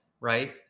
right